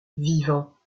vivants